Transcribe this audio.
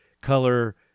color